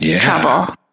trouble